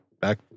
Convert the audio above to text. back